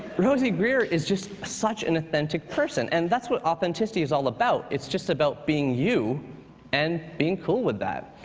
rosey grier is just such an authentic person, and that's what authenticity is all about. it's just about being you and being cool with that.